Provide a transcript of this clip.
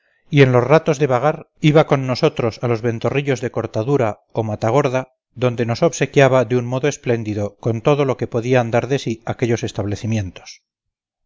y en los ratos de vagar iba con nosotros a los ventorrillos de cortadura o matagorda donde nos obsequiaba de un modo espléndido con todo lo que podían dar de sí aquellos establecimientos